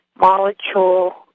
molecule